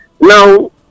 Now